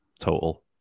total